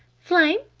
flame?